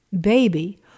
baby